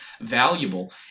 valuable